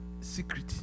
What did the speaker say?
secret